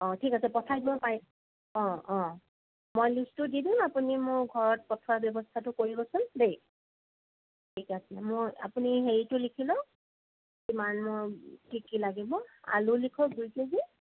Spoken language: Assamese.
অঁ ঠিক আছে পঠাই দিব পাৰি অঁ অঁ মই লিষ্টটো দি দিম আমি মোক ঘৰত পঠোৱাৰ ব্যৱস্থাটো কৰিবচোন দেই ঠিক আছে মই আপুনি হেৰিটো লিখি লওক কিমান মোৰ কি কি লাগিব আলু লিখক দুই কে জি